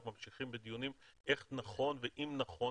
אנחנו ממשיכים בדיונים איך נכון ואם נכון